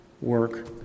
Work